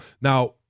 Now